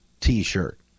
t-shirt